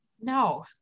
No